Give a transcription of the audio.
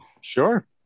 Sure